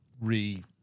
re